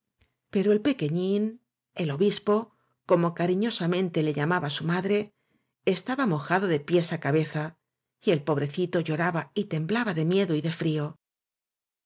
pero el pequeñín el obispo como cariño samente le llamaba su madre estaba mojado de pies á ca beza y el pobrecito lloraba y temblaba de miedo y de frío